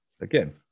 Again